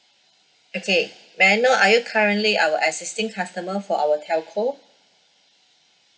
okay may I know are you currently our existing customer for our telco